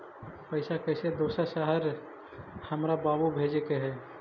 पैसा कैसै दोसर शहर हमरा बाबू भेजे के है?